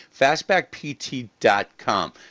FastbackPT.com